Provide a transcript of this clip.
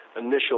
initial